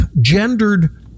gendered